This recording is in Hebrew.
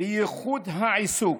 וייחוד העיסוק,